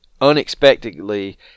unexpectedly